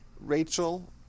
Rachel